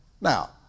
Now